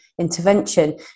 intervention